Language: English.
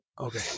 Okay